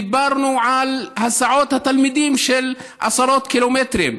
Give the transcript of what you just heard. דיברנו על הסעת התלמידים עשרות קילומטרים,